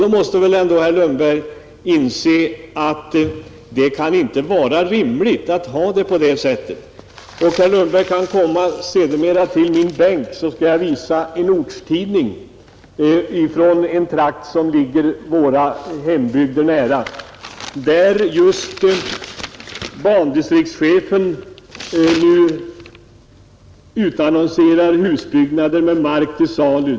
Då måste väl ändå herr Lundberg inse att det inte kan vara rimligt att ha det på det sättet. Herr Lundberg kan komma sedermera till min bänk, så skall jag visa en ortstidning från en trakt som ligger våra hembygder nära. En bandistriktschef vid SJ utannonserar där husbyggnader med mark.